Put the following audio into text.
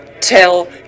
tell